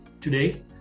Today